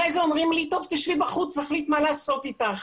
אחר כך אומרים לי, שבי בחוץ, נחליט מה לעשות אתך.